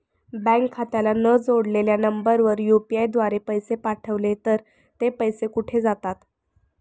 Bank खात्याला न जोडलेल्या नंबरवर यु.पी.आय द्वारे पैसे पाठवले तर ते पैसे कुठे जातात?